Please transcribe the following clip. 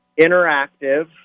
interactive